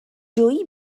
جویی